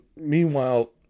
Meanwhile